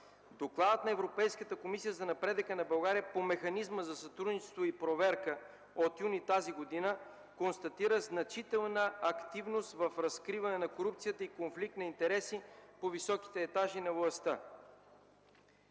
Докладът на Европейската комисия за напредъка на България по механизма за сътрудничество и проверка от месец юни тази година констатира значителна активност в разкриване на корупцията и конфликт на интереси по високите етажи на властта.